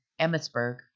Emmitsburg